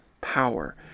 power